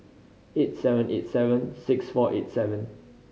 eight seven eight seven six four eight seven